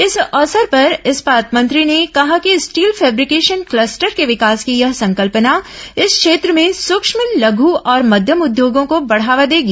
इस अवसर पर इस्पात मंत्री ने कहा कि स्टील फैब्रिकेशन क्लस्टर के विकास की यह संकल्पना इस क्षेत्र में सुक्ष्म लघू और मध्यम उद्योगों को बढ़ावा देगी